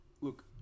Look